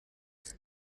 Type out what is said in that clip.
sites